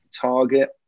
target